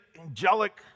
angelic